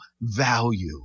value